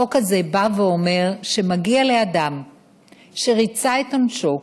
החוק הזה בא ואומר שמגיע לאדם שריצה את עונשו